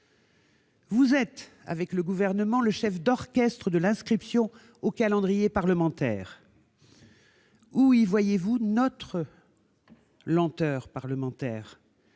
Vous êtes, avec le Gouvernement, le chef d'orchestre de l'inscription des textes au calendrier parlementaire. Où y voyez-vous notre lenteur parlementaire ?